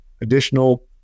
additional